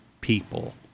people